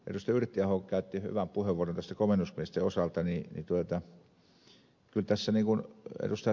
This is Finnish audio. yrttiaho käytti hyvän puheenvuoron komennusmiesten osalta niin ei kyllä ed